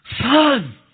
Son